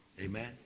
Amen